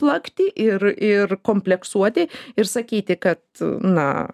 plakti ir ir kompleksuoti ir sakyti kad na